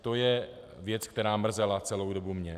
To je věc, která mrzela celou dobu mě.